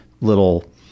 little